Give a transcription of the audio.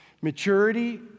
Maturity